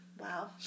Wow